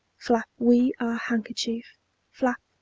flap we handkerchief flap,